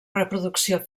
reproducció